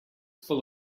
full